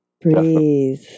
Breathe